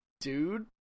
dude